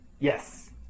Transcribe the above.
yes